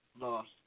lost